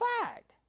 fact